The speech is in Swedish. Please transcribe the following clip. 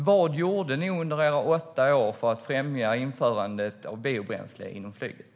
Vad gjorde ni under era åtta år för att främja införandet av biobränsle inom flyget?